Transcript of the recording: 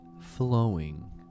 flowing